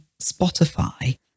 Spotify